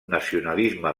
nacionalisme